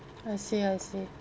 I see I see